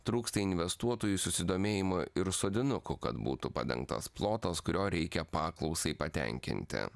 trūksta investuotojų susidomėjimo ir sodinukų kad būtų padengtas plotas kurio reikia paklausai patenkinti